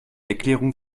erklärung